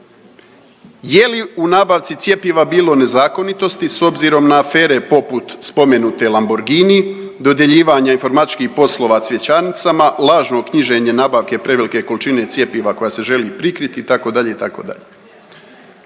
Je li u nabavci cjepiva bilo nezakonitosti s obzirom na afere poput spomenute Lamborghini, dodjeljivanja informatičkih poslova cvjećarnicama, lažno knjiženje nabavke prevelike količine cjepiva koja se želi prikriti itd.